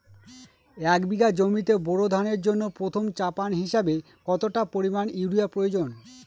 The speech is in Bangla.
এক বিঘা জমিতে বোরো ধানের জন্য প্রথম চাপান হিসাবে কতটা পরিমাণ ইউরিয়া প্রয়োজন?